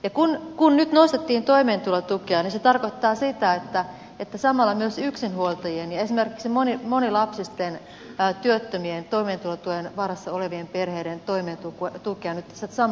ja kun nyt nostettiin toimeentulotukea niin se tarkoittaa sitä että samalla myös yksinhuoltajien ja esimerkiksi monilapsisten työttömien toimeentulotuen varassa olevien perheiden toimeentulotukea nyt tässä kohennetaan